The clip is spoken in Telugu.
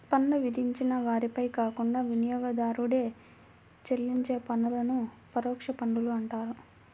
పన్ను విధించిన వారిపై కాకుండా వినియోగదారుడే చెల్లించే పన్నులను పరోక్ష పన్నులు అంటారు